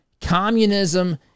Communism